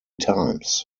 times